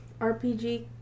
RPG